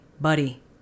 buddy